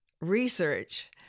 research